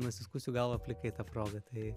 nusiskusiu galvą plikai ta proga tai